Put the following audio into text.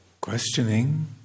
questioning